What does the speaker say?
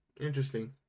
Interesting